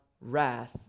wrath